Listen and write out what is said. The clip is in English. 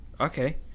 okay